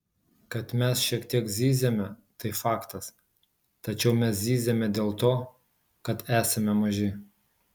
kad mes šiek tiek zyziame tai faktas tačiau mes zyziame dėl to kad esame maži